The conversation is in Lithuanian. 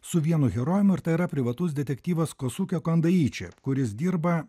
su vienu herojumi ir tai yra privatus detektyvas kosukio kondaiči kuris dirba